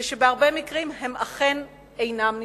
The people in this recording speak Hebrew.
זה שבהרבה מקרים הם אכן אינם נמשכים.